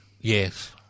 Yes